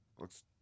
looks